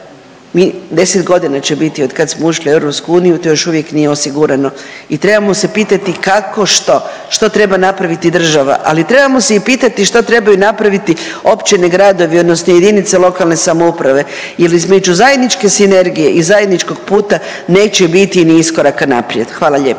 Dakle 10.g. će biti otkad smo ušli u EU, to još uvijek nije osigurano i trebamo se pitati kako što, što treba napraviti država, ali trebamo se i pitati što trebaju napraviti općine i gradovi odnosno JLS jel između zajedničke sinergije i zajedničkog puta neće biti ni iskoraka naprijed, hvala lijepo.